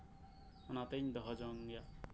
ᱚᱱᱟᱛᱤᱧ ᱫᱚᱦᱚ ᱡᱚᱝ ᱜᱮᱭᱟ